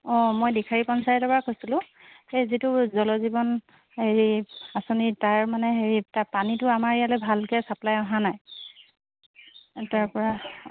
অঁ মই দিখাৰী পঞ্চায়তৰ পৰা কৈছিলো সেই যিটো জলজীৱন আঁচনি তাৰমানে হেই তাৰ পানীটো আমাৰ ইয়ালে ভালকৈ চাপ্লাই অহা নাই তাৰপৰা